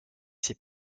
ses